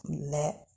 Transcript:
let